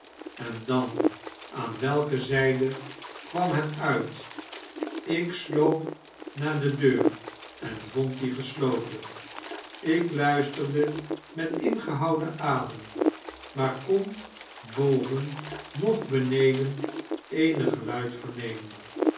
en dan aan welke zyde kwam het uit ik sloop naar de deur en vond die gesloten ik luisterde met ingehouden adem maar kon boven noch beneden eenig geluid vernemen